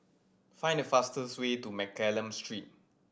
find the fastest way to Mccallum Street